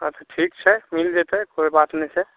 अच्छा ठीक छै मिलि जएतै कोइ बात नहि छै